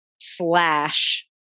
slash